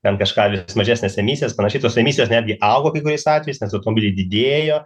ten kažką vis mažesnės emisijas panašiai tos emisijos netgi augo kai kuriais atvejais nes automobiliai didėjo